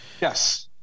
Yes